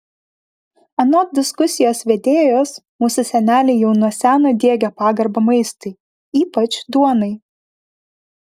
anot diskusijos vedėjos mūsų seneliai jau nuo seno diegė pagarbą maistui ypač duonai